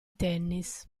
tennis